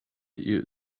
you